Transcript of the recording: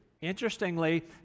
Interestingly